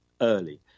early